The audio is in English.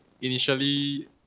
initially